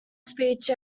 speech